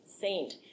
saint